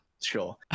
sure